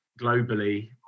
globally